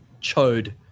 chode